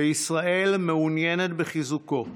וישראל מעוניינת בחיזוקו.